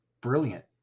brilliant